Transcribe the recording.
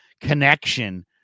connection